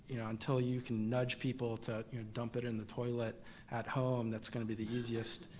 you know until you can nudge people to dump it in the toilet at home, that's gonna be the easiest.